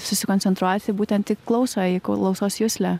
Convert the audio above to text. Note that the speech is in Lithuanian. susikoncentruoti būtent į klausą į klausos juslę